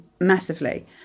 massively